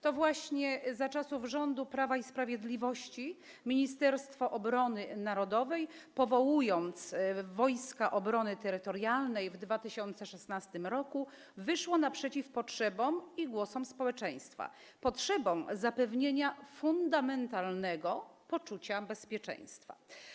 To właśnie za czasów rządu Prawa i Sprawiedliwości Ministerstwo Obrony Narodowej, powołując Wojska Obrony Terytorialnej w 2016 r., wyszło naprzeciw potrzebom i głosom społeczeństwa, potrzebom zapewnienia fundamentalnego poczucia bezpieczeństwa.